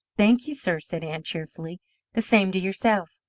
thank you, sir, said ann cheerfully the same to yourself.